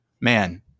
man